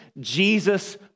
Jesus